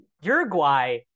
Uruguay